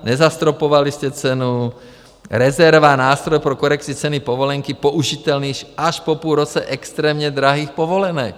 Nezastropovali jste cenu, rezerva nástroj pro korekci ceny povolenky použitelný až po půl roce extrémně drahých povolenek.